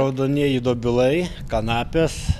raudonieji dobilai kanapės